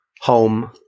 home